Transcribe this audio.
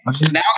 Now